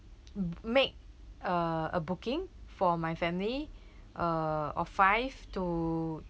m~ make uh a booking for my family uh of five to